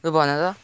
लु भन त